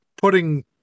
putting